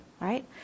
right